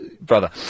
brother